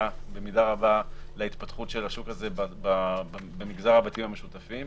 במידה רבה להתפתחות של השוק הזה במגזר הבתים המשותפים,